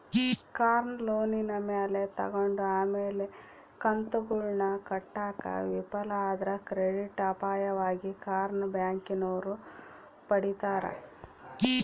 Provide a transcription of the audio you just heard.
ಕಾರ್ನ ಲೋನಿನ ಮ್ಯಾಲೆ ತಗಂಡು ಆಮೇಲೆ ಕಂತುಗುಳ್ನ ಕಟ್ಟಾಕ ವಿಫಲ ಆದ್ರ ಕ್ರೆಡಿಟ್ ಅಪಾಯವಾಗಿ ಕಾರ್ನ ಬ್ಯಾಂಕಿನೋರು ಪಡೀತಾರ